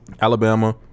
Alabama